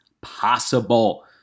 possible